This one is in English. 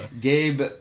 Gabe